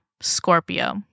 Scorpio